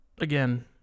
Again